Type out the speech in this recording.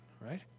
right